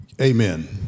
Amen